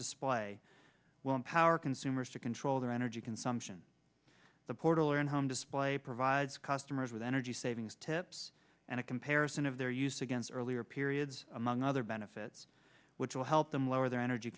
display will empower consumers to control their energy consumption the portal and home display provides customers with energy savings tips and a comparison of their use against earlier periods among other benefits which will help them lower their energy